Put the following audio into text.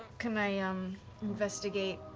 can i um investigate